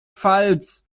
pfalz